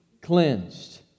cleansed